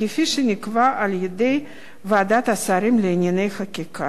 כפי שנקבע על-ידי ועדת השרים לענייני חקיקה.